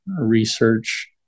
research